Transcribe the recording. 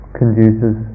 conduces